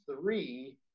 three